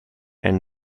and